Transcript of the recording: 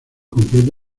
completo